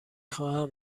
خواهم